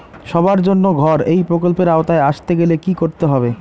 সবার জন্য ঘর এই প্রকল্পের আওতায় আসতে গেলে কি করতে হবে?